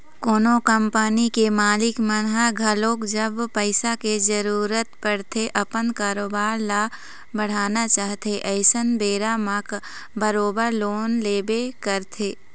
कोनो कंपनी के मालिक मन ह घलोक जब पइसा के जरुरत पड़थे अपन कारोबार ल बढ़ाना चाहथे अइसन बेरा म बरोबर लोन लेबे करथे